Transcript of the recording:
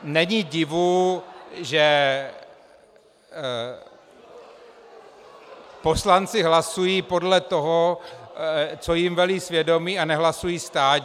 Není divu, že poslanci hlasují podle toho, co jim velí svědomí, a nehlasují stádně.